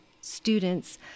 students